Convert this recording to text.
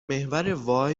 محور